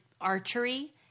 archery